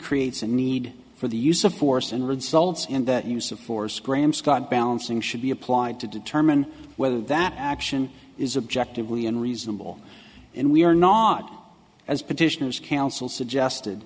creates a need for the use of force and results in that use of force graham scott balancing should be applied to determine whether that action is objective and reasonable and we are not as petitioners council suggested